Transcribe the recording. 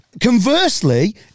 Conversely